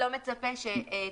כלומר,